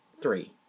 three